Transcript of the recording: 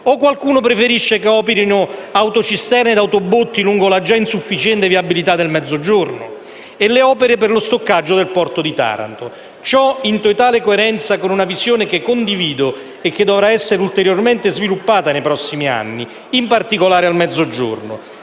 (o qualcuno preferisce che operino autocisterne e autobotti lungo la già insufficiente viabilità del Mezzogiorno?) e le opere per lo stoccaggio nel porto di Taranto. Ciò in totale coerenza con una visione che condivido e che dovrà essere ulteriormente sviluppata nei prossimi anni, in particolare nel Mezzogiorno.